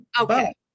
Okay